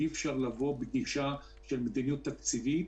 אי אפשר לבוא לנושא הזה בגישה של מדיניות תקציבית.